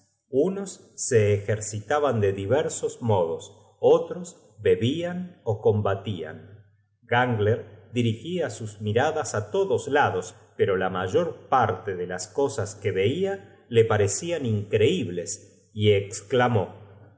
unos se ejercitaban de diversos modos otros bebian ó combatian gangler dirigia sus miradas á todos lados pero la mayor parte de las cosas que veia le parecian increibles y esclamó no